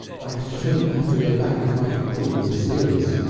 i should have to go back if i thought you were serious,